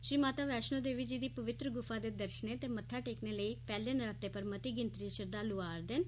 श्री माता वैष्णो देवी जी दी पवित्र गुफा दे दर्शनें ते मत्था टेकने लेई पैह्ले नराते पर मती गिनतरी च श्रद्धालु आ'रदे न